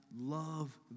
love